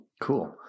Cool